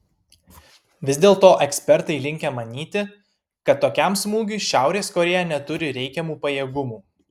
vis dėlto ekspertai linkę manyti kad tokiam smūgiui šiaurės korėja neturi reikiamų pajėgumų